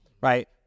right